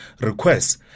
requests